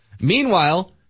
Meanwhile